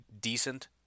decent